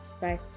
Bye